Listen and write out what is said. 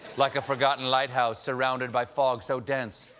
like a forgotten lighthouse surrounded by fog so dense,